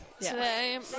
today